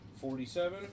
forty-seven